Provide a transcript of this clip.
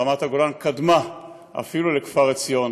רמת הגולן קדמה אפילו לכפר עציון